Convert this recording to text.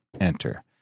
enter